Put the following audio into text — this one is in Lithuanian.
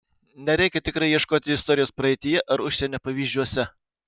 nereikia tikrai ieškoti istorijos praeityje ar užsienio pavyzdžiuose